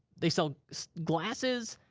they sell glasses.